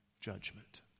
judgment